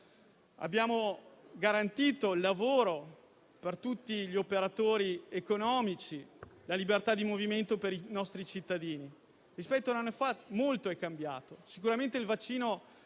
abbiamo garantito il lavoro per tutti gli operatori economici e la libertà di movimento per i nostri cittadini. Rispetto a un anno fa molto è cambiato. Il vaccino